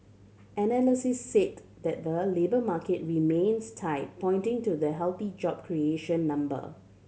analysts said that the labour market remains tight pointing to the healthy job creation number